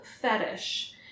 fetish